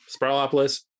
Sprawlopolis